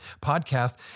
podcast